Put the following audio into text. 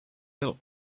built